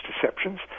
deceptions